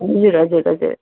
हजुर हजुर हजुर